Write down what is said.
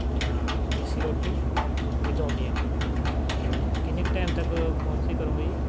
ਆਪਣਾ missi roti with onion ਅਤੇ ਕਿੰਨੇ ਕੁ ਟੈਮ ਤੱਕ ਪਹੁੰਚਦੀ ਕਰੋਗੇ ਜੀ